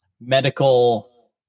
medical